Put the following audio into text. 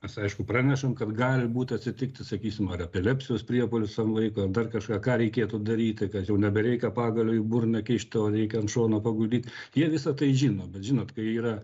mes aišku pranešam kad gali būt atsitikti sakysim ar epilepsijos priepuolis tam vaikui ar dar kažką ką reikėtų daryti kad jau nebereikia pagalio į burną kišt o reikia ant šono paguldyt jie visa tai žino bet žinot kai yra